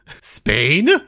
Spain